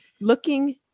looking